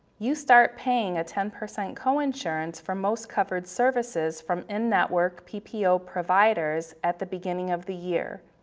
you start paying a ten percent coinsurance for most covered services from in-network ppo providers at the beginning of the year.